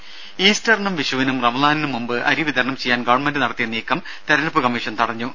രുര ഈസ്റ്ററിനും വിഷുവിനും റമ്സാനിനും മുമ്പ് അരി വിതരണം ചെയ്യാൻ ഗവൺമെന്റ് നടത്തിയ നീക്കം തെരഞ്ഞെടുപ്പ് കമ്മീഷൻ തടഞ്ഞു